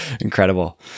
incredible